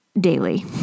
daily